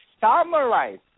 summarize